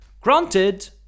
Granted